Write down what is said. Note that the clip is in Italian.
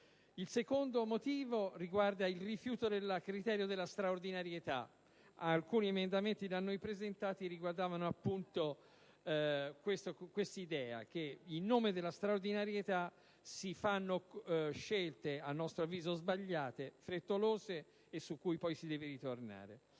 Il secondo motivo riguarda il rifiuto del criterio della straordinarietà. Alcuni emendamenti da noi presentati riguardavano, appunto, l'idea che in nome della straordinarietà si compiono scelte sbagliate, frettolose e su cui si deve ritornare.